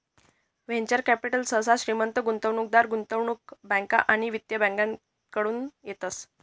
venture capital सहसा श्रीमंत गुंतवणूकदार, गुंतवणूक बँका आणि वित्तीय बँकाकडतून येतस